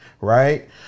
right